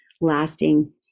lasting